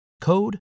code